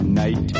night